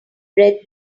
bread